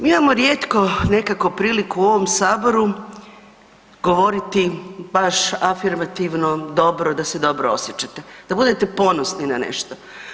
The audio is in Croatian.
Mi imamo rijetko nekako priliku u ovom Saboru govoriti baš afirmativno, dobro, da se dobro osjećate, da budete ponosni na nešto.